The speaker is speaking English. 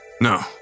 No